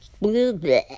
blue